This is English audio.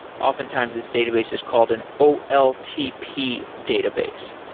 oftentimes this database is called an oltp database.